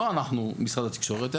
לא אנחנו משרד התקשורת,